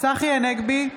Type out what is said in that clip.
צחי הנגבי,